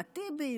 עם הטיבי,